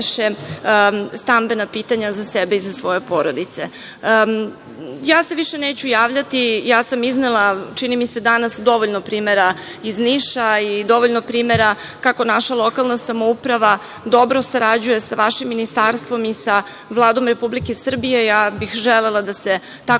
stambena pitanja za sebe i za svoje porodice. Ja se više neću javljati. Iznela sam čini mi se danas dovoljno primera iz Niša i dovoljno primera kako naša lokalna samouprava dobro sarađuje sa vašim ministarstvom i sa Vladom Republike Srbije. Želela bih da se tako